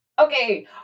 Okay